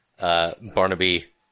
Barnaby